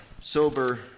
sober